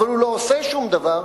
אבל הוא לא עושה שום דבר,